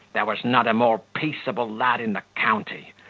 there was not a more peaceable lad in the county,